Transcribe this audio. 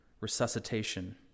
resuscitation